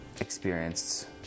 experienced